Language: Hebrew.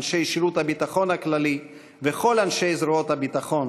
אנשי שירות הביטחון הכללי וכל אנשי זרועות הביטחון,